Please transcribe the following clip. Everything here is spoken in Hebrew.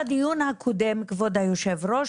כבוד היו"ר,